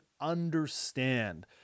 understand